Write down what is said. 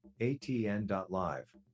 ATN.Live